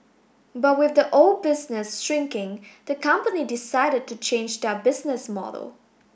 but with the old business shrinking the company decided to change their business model